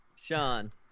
Sean